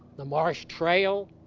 the marsh trail,